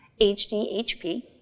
HDHP